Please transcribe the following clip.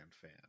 fan